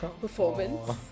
performance